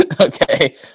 Okay